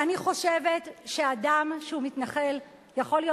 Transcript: אני חושבת שאדם שהוא מתנחל יכול להיות